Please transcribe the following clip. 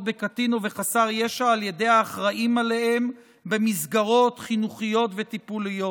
בקטין או בחסר ישע על ידי האחראים להם במסגרות חינוכיות וטיפוליות.